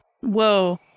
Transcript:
Whoa